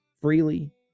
freely